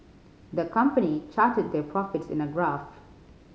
the company charted their profits in a graph